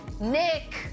Nick